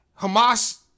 Hamas